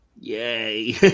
Yay